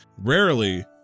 rarely